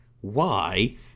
Why